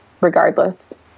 regardless